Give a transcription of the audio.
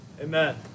Amen